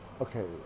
okay